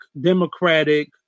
Democratic